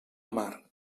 mar